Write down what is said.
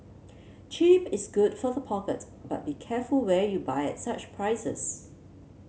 cheap is good for the pocket but be careful where you buy at such prices